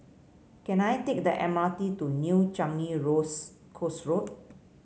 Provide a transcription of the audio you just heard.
can I take the M R T to New Changi Coast Road